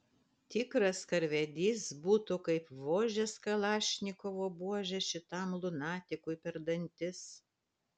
tikras karvedys būtų kaip vožęs kalašnikovo buože šitam lunatikui per dantis